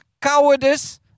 cowardice